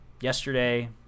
yesterday